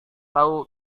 tahu